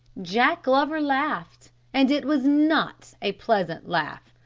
jack glover laughed, and it was not a pleasant laugh.